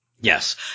Yes